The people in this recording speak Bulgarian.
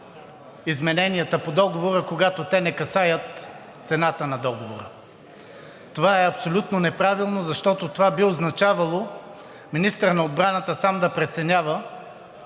измененията по Договора, когато те не касаят цената на Договора. Това е абсолютно неправилно, защото това би означавало министърът на отбраната сам да преценява